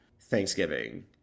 Thanksgiving